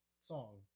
song